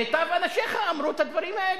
מיטב אנשיך אמרו את הדברים האלה.